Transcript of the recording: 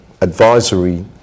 advisory